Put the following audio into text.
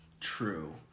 true